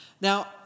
Now